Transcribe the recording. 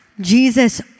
Jesus